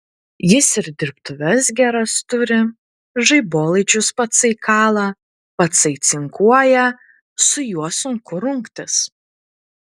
jis ir dirbtuves geras turi žaibolaidžius patsai kala patsai cinkuoja su juo sunku rungtis